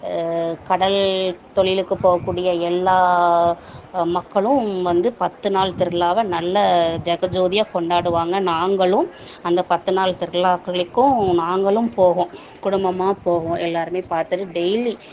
கடல் தொழிலுக்கு போகக்கூடிய எல்லா மக்களும் வந்து பத்து நாள் திருவிழாவாக நல்ல ஜக ஜோதியாக கொண்டாடுவாங்க நாங்களும் அந்த பத்து நாள் திருவிழாக்களுக்கும் நாங்களும் போவோம் குடும்பமாக போவோம் எல்லோருமே பார்த்துட்டு டெய்லி